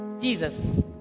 Jesus